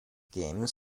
games